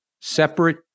separate